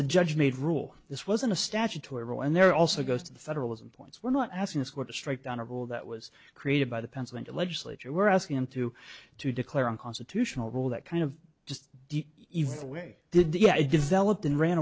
a judge made rule this wasn't a statutory rule and there also goes to the federalism points we're not asking a school district honorable that was created by the pencil and legislature we're asking him to to declare unconstitutional rule that kind of just didn't even did yeah i developed and ran